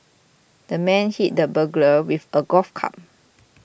the man hit the burglar with a golf club